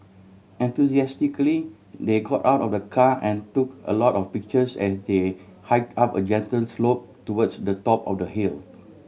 enthusiastically they got out of the car and took a lot of pictures as they hike up a gentle slope towards the top of the hill